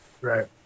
Right